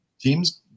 Teams